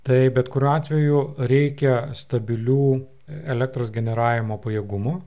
tai bet kuriuo atveju reikia stabilių elektros generavimo pajėgumų